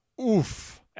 Oof